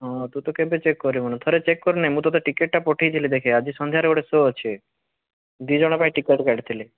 ହଁ ତୁ ତ କେବେ ଚେକ୍ କରିବୁନି ଥରେ ଚେକ୍ କରିନେ ମୁଁ ତୋତେ ଟିକେଟ୍ ଟା ପଠେଇଥିଲି ଦେଖେ ଆଜି ସନ୍ଧ୍ୟାରେ ଗୋଟେ ସୋ ଅଛି ଦୁଇ ଜଣ ପାଇଁ ଟିକେଟ୍ କାଟିଥିଲି